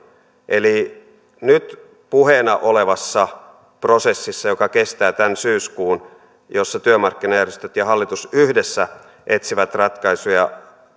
eli nyt puheena olevassa prosessissa joka kestää tämän syyskuun jossa työmarkkinajärjestöt ja hallitus yhdessä etsivät ratkaisuja